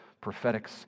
prophetic